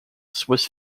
swiss